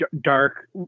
dark